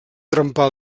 trempar